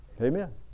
Amen